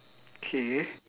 okay